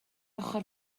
ochr